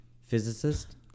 Physicist